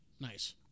Nice